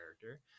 character